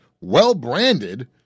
well-branded